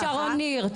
חה"כ שרון ניר,